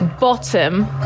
bottom